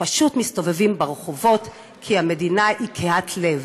פשוט מסתובבים ברחובות כי המדינה היא קהת לב.